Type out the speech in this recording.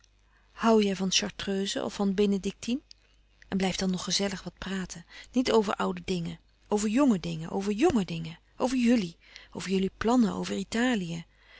hoû jij van chartreuse of van bénédictine en blijf dan nog gezèllig wat praten niet over oude dingen over jonge dingen over jonge dingen over jullie over jullie plannen over italië